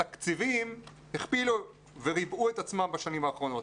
התקציבים הכפילו וריבעו את עצמם בשנים האחרונות